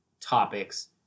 topics